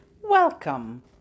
Welcome